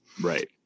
Right